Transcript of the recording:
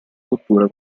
cottura